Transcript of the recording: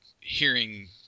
hearing